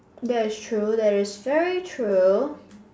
that is true that is very true